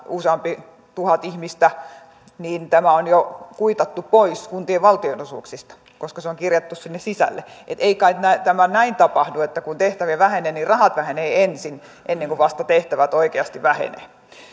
useampi tuhat ihmistä niin tämä on jo kuitattu pois kuntien valtionosuuksista koska se on kirjattu sinne sisälle ei kai tämä näin tapahdu että kun tehtäviä vähenee niin rahat vähenevät ensin ennen kuin tehtävät vasta oikeasti vähenevät